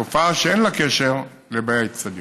תופעה שאין לה קשר לבאי האצטדיון.